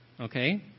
okay